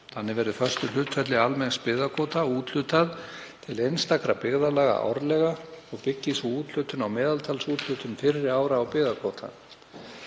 Þannig verði föstu hlutfalli almenns byggðakvóta úthlutað til einstakra byggðarlaga árlega og byggi sú úthlutun á meðaltalsúthlutun fyrri ára á byggðakvóta.